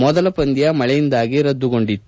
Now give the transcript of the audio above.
ಮೊದಲ ಪಂದ್ಯ ಮಳೆಯಿಂದಾಗಿ ರದ್ದುಗೊಂಡಿತ್ತು